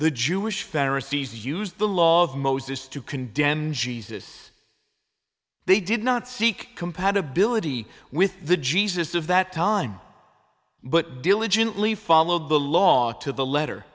the jewish verities use the law of moses to condemn jesus they did not seek compatibility with the jesus of that time but diligently followed the law to the letter